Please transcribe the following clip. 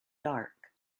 dark